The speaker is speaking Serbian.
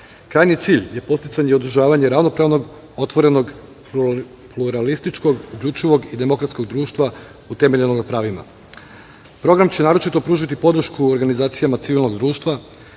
cilj je podsticanje i održavanje ravnopravnog, otvorenog pluralističkog, uključivog i demokratskog društva utemeljenog na pravima. Program će naročito pružiti podršku organizacijama civilnog društva